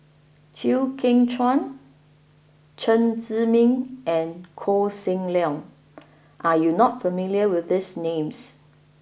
Chew Kheng Chuan Chen Zhiming and Koh Seng Leong are you not familiar with these names